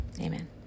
amen